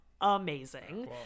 amazing